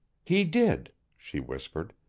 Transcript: he did, she whispered,